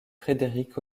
frédéric